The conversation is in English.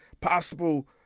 possible